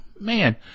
man